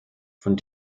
von